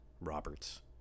Roberts